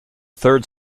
third